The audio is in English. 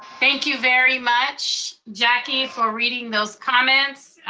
thank you very much, jackie, for reading those comments.